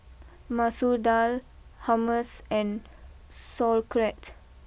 Masoor Dal Hummus and Sauerkraut